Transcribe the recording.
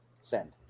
Send